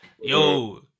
Yo